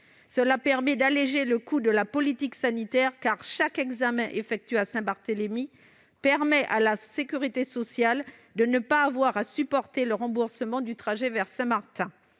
Cela permet d'alléger le coût de la politique sanitaire, car chaque examen effectué à Saint-Barthélemy permet à la sécurité sociale de ne pas avoir à supporter le remboursement du trajet vers Saint-Martin.